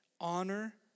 honor